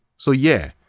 so, yeah,